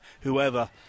whoever